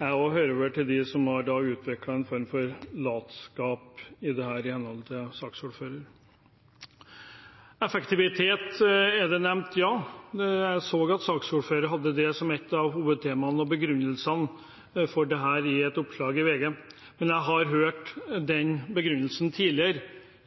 Jeg også hører vel til dem som har utviklet en form for latskap når det gjelder dette, i henhold til saksordføreren. Effektivitet er nevnt – ja. Jeg så at saksordføreren hadde det som et av hovedtemaene – og en av begrunnelsene for dette – i et oppslag i VG. Men jeg har hørt den begrunnelsen tidligere